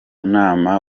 nama